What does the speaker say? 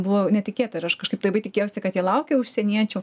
buvo netikėta ir aš kažkaip labai tikėjausi kad jie laukia užsieniečių